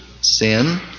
sin